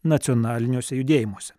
nacionaliniuose judėjimuose